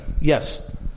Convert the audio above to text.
yes